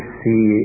see